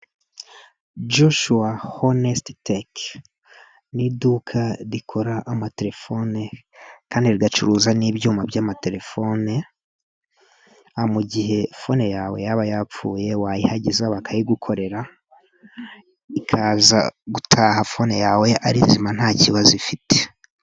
Joshuwa honesiti teke ni iduka rikora amatelefone kandi rigacuruza n'ibyuma by'amatelefone, mu gihe fone yawe yaba yapfuye wayihageza bakayigukorera ukaza gutaha fone yawe ari nzima ntakibazo ifite.